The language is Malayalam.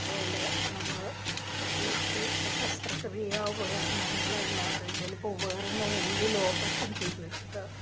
അതുപോലെ നമ്മൾ ഏറ്റവും ശസ്ത്രക്രിയ ഉപകരണങ്ങൾ ഇല്ലാത്തതിൻ്റെ ഇപ്പം എന്തെങ്കിലും ഉപകരണങ്ങൾ ഉള്ളിൽ ഓപ്പറേഷൻ ചെയ്തു വെച്ചിട്ട്